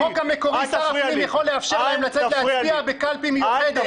בחוק המקורי שר הפנים יכול לאפשר להם לצאת להצביע בקלפי מיוחדת.